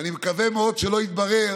ואני מקווה מאוד שלא יתברר